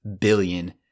billion